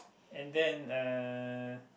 and then uh